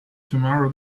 tamara